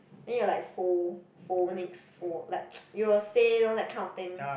then you're like pho~ phonics pho~ like you will say you know that kind of thing